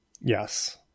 Yes